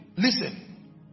Listen